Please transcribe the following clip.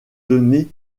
donner